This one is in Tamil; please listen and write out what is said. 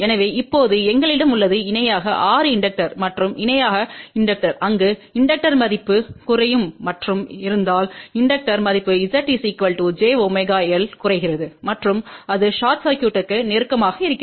எனவே இப்போது எங்களிடம் உள்ளது இணையாக 6 இண்டக்டர் மற்றும் இணையாக இண்டக்டர் அங்கு இண்டக்டர் மதிப்பு குறையும் மற்றும் இருந்தால் இண்டக்டர் மதிப்பு Z jωL குறைக்கிறது மற்றும் அது ஷார்ட் சர்க்யூட்க்கு நெருக்கமாக இருக்கும்